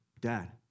Dad